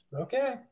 Okay